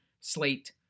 slate